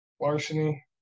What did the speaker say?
larceny